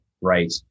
right